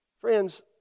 Friends